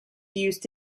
used